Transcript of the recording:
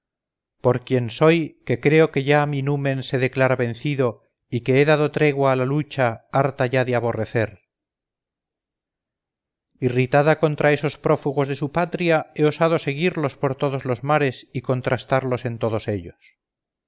por quien soy que creo que ya mi numen se declara vencido y que he dado tregua a la lucha harta ya de aborrecer irritada contra esos prófugos de su patria he osado seguirlos por todos los mares y contrastarlos en todos ellos